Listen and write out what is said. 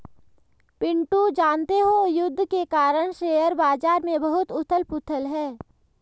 पिंटू जानते हो युद्ध के कारण शेयर बाजार में बहुत उथल पुथल है